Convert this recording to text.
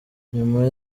nyuma